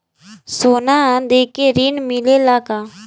सोना देके ऋण मिलेला का?